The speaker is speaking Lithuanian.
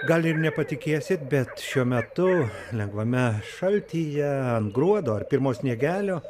gal ir nepatikėsit bet šiuo metu lengvame šaltyje ant gruodo ar pirmo sniegelio